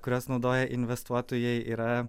kuriuos naudoja investuotojai yra